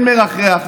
כן מרחרח,